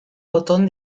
botón